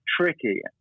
tricky